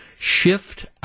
Shift